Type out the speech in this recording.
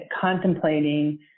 contemplating